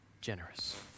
generous